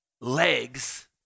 legs